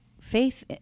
faith